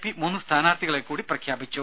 P മൂന്ന് സ്ഥാനാർഥികളെ കൂടി പ്രഖ്യാപിച്ചു